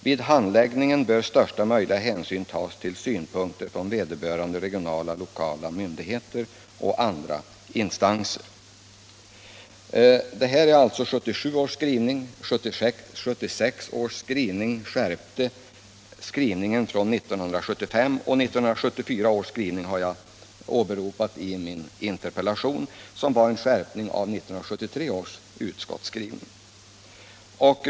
Vid handläggningen bör största möjliga hänsyn tas till synpunkter från vederbörande regionala och lokala myndigheter och andra intressenter.” Det här är alltså 1977 års skrivning. 1976 års skrivning skärpte skrivningen från 1975, och 1974 års skrivning, som jag har åberopat i min interpellation, var en skärpning av 1973 års utskottsskrivning.